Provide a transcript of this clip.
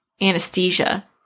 anesthesia